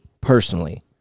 personally